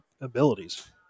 abilities